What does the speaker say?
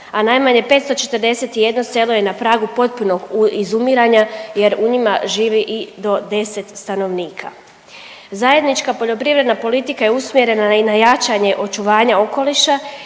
a najmanje 541 selo je na pragu potpunog izumiranja jer u njima živi i do 10 stanovnika. Zajednička poljoprivredna politika je usmjerena i na jačanje očuvanja okoliša